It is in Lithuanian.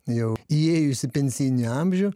jau įėjus į pensijinį amžių